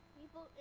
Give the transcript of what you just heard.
people